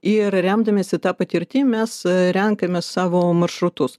ir remdamiesi ta patirtim mes renkamės savo maršrutus